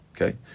Okay